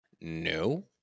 No